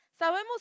Sabemos